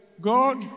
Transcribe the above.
God